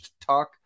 talk